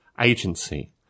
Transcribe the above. agency